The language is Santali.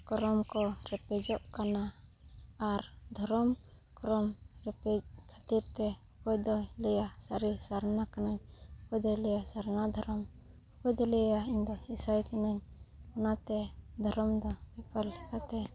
ᱠᱚᱨᱚᱢ ᱠᱚ ᱨᱮᱯᱮᱡᱚᱜ ᱠᱟᱱᱟ ᱟᱨ ᱫᱷᱚᱨᱚᱢ ᱠᱚᱨᱚᱢ ᱨᱮᱯᱮᱡ ᱠᱷᱟᱹᱛᱤᱨ ᱛᱮ ᱚᱠᱚᱭ ᱫᱚ ᱞᱟᱹᱭᱟ ᱥᱟᱨᱤ ᱥᱟᱨᱱᱟ ᱠᱟᱹᱱᱟᱹᱧ ᱚᱠᱚᱭ ᱫᱚᱭ ᱞᱟᱹᱭᱟ ᱥᱟᱨᱱᱟ ᱫᱷᱚᱨᱚᱢ ᱚᱠᱚᱭ ᱫᱚ ᱞᱟᱹᱭᱟ ᱤᱧ ᱫᱚ ᱤᱥᱟᱹᱭ ᱠᱟᱹᱱᱟᱹᱧ ᱚᱱᱟᱛᱮ ᱫᱷᱚᱨᱚᱢ ᱫᱚ ᱵᱮᱯᱟᱨ ᱞᱮᱠᱟᱛᱮ